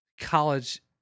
college